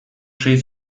sei